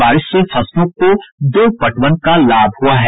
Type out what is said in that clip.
बारिश से फसलों को दो पटवन का लाभ हुआ है